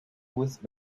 with